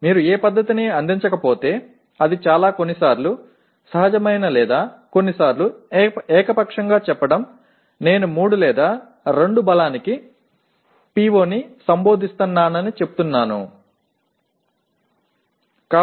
நீங்கள் எந்தவொரு முறையையும் வழங்கவில்லை என்றால் அது சில நேரங்களில் மிகுந்த உள்ளுணர்வு அல்லது சிலநேரங்களில் தன்னிச்சையாக சொல்வது நான் 3 அல்லது 2 போன்ற வலிமைக்கு ஒரு PO ஐ உரையாற்றுகிறேன் என்று சொல்கிறேன்